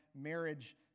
marriage